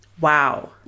wow